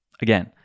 Again